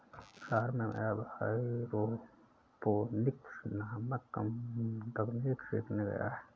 शहर में मेरा भाई एरोपोनिक्स नामक तकनीक सीखने गया है